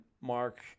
Mark